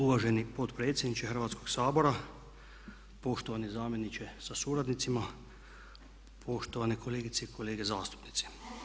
Uvaženi potpredsjedniče Hrvatskoga sabora, poštovani zamjeniče sa suradnicima, poštovane kolegice i kolege zastupnici.